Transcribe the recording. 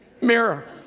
mirror